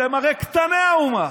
אתם הרי קטני האומה.